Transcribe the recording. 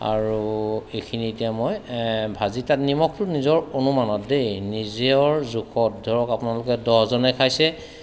আৰু এইখিনি এতিয়া মই ভাজি তাত নিমখটো নিজৰ অনুমানত দেই নিজৰ জোখত ধৰক আপোনালোকে দহজনে খাইছে